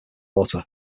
water